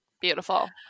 Beautiful